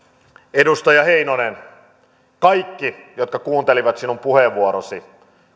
edustaja heinonen kaikki jotka kuuntelivat sinun puheenvuorosi